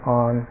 on